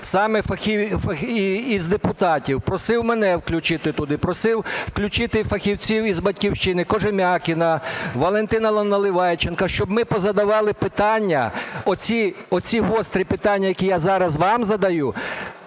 саме із депутатів. Просив мене включити туди, просив включити фахівців із "Батьківщини" Кожем'якіна, Валентина Наливайченка, щоб ми позадавали питання – оці гострі питання, які я зараз вам задаю